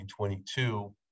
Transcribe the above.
2022